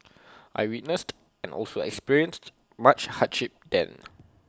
I witnessed and also experienced much hardship then